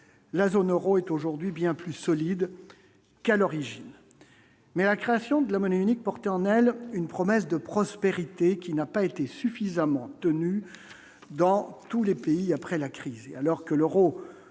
la zone Euro est aujourd'hui bien plus solide qu'à l'origine, mais la création de la monnaie unique porte en elle une promesse de prospérité qui n'a pas été suffisamment tenu dans tous les pays, après la crise